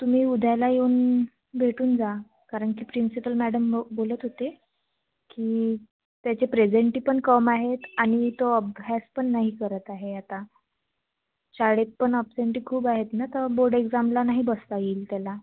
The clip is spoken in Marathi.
तुम्ही उद्याला येऊन भेटून जा कारण की प्रिन्सिपल मॅडम बोलत होते की त्याची प्रेझेंटी पण कम आहेत आणि तो अभ्यास पण नाही करत आहे आता शाळेत पण ॲबसेंटी खूप आहेत ना तर बोर्ड एक्झामला नाही बसता येईल त्याला